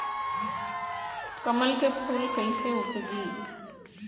कमल के फूल कईसे उपजी?